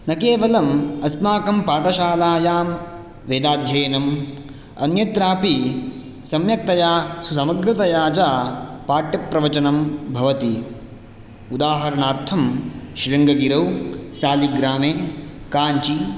न केवलम् अस्माकं पाठशालायां वेदाध्ययनम् अन्यत्रापि सम्यक्तया सुसमग्रतया च पाठ्यप्रवचनं भवति उदाहरणार्थं शृङ्गगिरौ शालिग्रामे काञ्चि